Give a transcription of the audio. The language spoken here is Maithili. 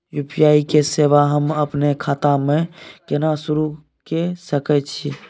यु.पी.आई के सेवा हम अपने खाता म केना सुरू के सके छियै?